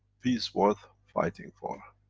peace worth fighting for.